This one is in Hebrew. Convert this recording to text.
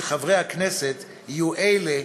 מצוקותיהם של האמנים הוותיקים ועל האתגרים